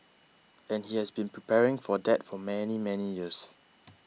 and he has been preparing for that for many many years